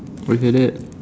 okay that